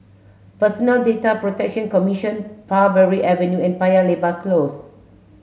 Personal Data Protection Commission Parbury Avenue and Paya Lebar Close